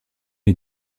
est